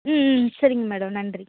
ம் ம் சரிங்க மேடோம் நன்றி